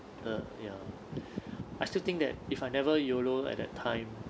the ya I still think that if I never YOLO at that time